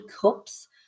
cups